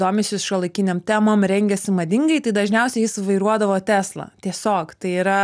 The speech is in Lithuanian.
domisi šiuolaikinėm temom rengiasi madingai tai dažniausiai jis vairuodavo tesla tiesiog tai yra